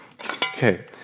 Okay